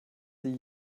sie